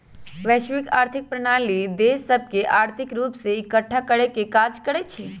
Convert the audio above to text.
वैश्विक आर्थिक प्रणाली देश सभके आर्थिक रूप से एकठ्ठा करेके काज करइ छै